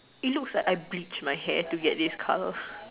it looks like I bleached my hair to get this color